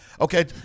Okay